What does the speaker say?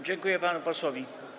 Dziękuję panu posłowi.